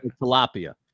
Tilapia